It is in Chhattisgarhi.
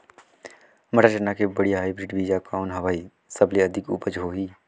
मटर, चना के बढ़िया हाईब्रिड बीजा कौन हवय? सबले अधिक उपज होही?